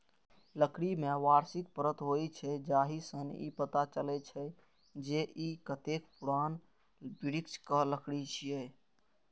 लकड़ी मे वार्षिक परत होइ छै, जाहि सं ई पता चलै छै, जे ई कतेक पुरान वृक्षक लकड़ी छियै